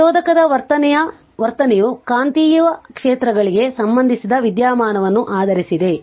ಪ್ರಚೋದಕದ ವರ್ತನೆಯು ಕಾಂತೀಯ ಕ್ಷೇತ್ರಗಳಿಗೆ ಸಂಬಂಧಿಸಿದ ವಿದ್ಯಮಾನವನ್ನು ಆಧರಿಸಿದೆ